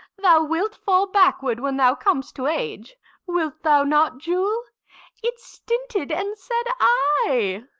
thou wilt fall backward when thou com'st to age wilt thou not, jule it stinted, and said ay.